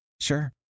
Sure